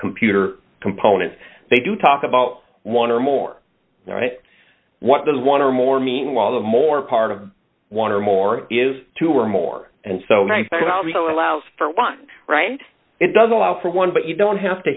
computer components they do talk about one or more what does one or more meanwhile the more d part of one or more is two or more and so allows for want right it does allow for one but you don't have to